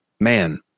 Man